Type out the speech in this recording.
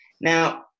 Now